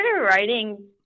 writing